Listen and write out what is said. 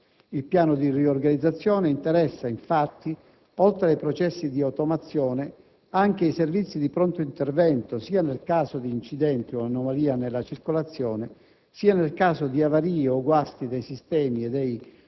Il piano di riorganizzazione interessa, infatti, oltre ai processi di automazione, anche i servizi di pronto intervento sia nel caso di incidenti o anomalie nella circolazione, sia nel caso di avarie o guasti dei sistemi e dei